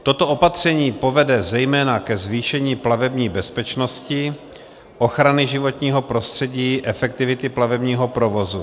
Toto opatření povede zejména ke zvýšení plavební bezpečnosti, ochrany životního prostředí a efektivity plavebního provozu.